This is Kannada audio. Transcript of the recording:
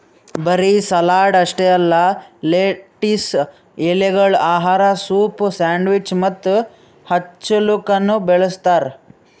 ಬರೀ ಸಲಾಡ್ ಅಷ್ಟೆ ಅಲ್ಲಾ ಲೆಟಿಸ್ ಎಲೆಗೊಳ್ ಆಹಾರ, ಸೂಪ್, ಸ್ಯಾಂಡ್ವಿಚ್ ಮತ್ತ ಹಚ್ಚಲುಕನು ಬಳ್ಸತಾರ್